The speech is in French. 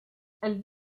elle